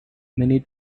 many